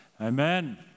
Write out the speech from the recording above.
Amen